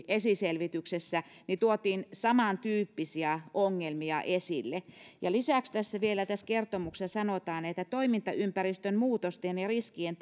esiselvityksessä tuotiin samantyyppisiä ongelmia esille ja lisäksi vielä tässä kertomuksessa sanotaan toimintaympäristön muutosten ja riskien